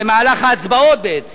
במהלך ההצבעות, בעצם,